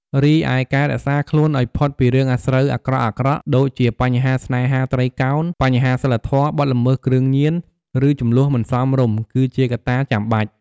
រីឯ ការរក្សាខ្លួនឱ្យផុតពីរឿងអាស្រូវអាក្រក់ៗ ដូចជាបញ្ហាស្នេហាត្រីកោណ បញ្ហាសីលធម៌ បទល្មើសគ្រឿងញៀន ឬជម្លោះមិនសមរម្យ គឺជាកត្តាចាំបាច់។